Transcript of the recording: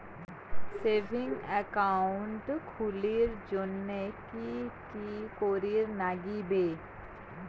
Savings account খুলির জন্যে কি কি করির নাগিবে?